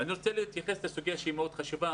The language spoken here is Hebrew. אני רוצה להתייחס לסוגיה שהיא מאוד חשובה,